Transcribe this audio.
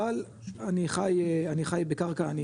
אבל אני חי אני חי בקרקע,